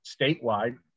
statewide